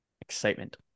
Excitement